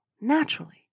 naturally